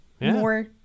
more